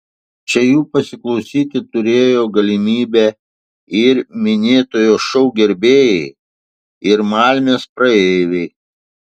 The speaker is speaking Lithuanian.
čia jų pasiklausyti turėjo galimybę ir minėtojo šou gerbėjai ir malmės praeiviai